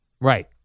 Right